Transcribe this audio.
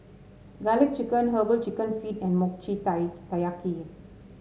garlic chicken herbal chicken feet and Mochi Taiyaki